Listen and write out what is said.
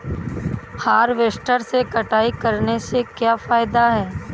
Harvester से कटाई करने से क्या फायदा है?